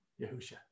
Yahusha